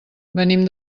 venim